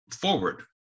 forward